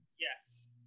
Yes